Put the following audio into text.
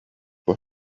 for